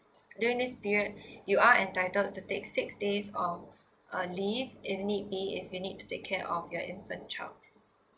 during this period you are entitled to take six days of uh leave in need be if you need to take care of your infant child